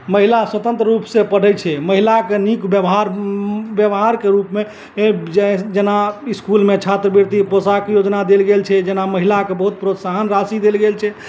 महिला स्वतन्त्र रूपसँ पढ़ै छै महिलाके नीक व्यवहार व्यवहारके रूपमे जेना इसकुलमे छात्रवृति पोशाक योजना देल गेल छै जेना महिलाके बहुत प्रोत्साहन राशि देल गेल छै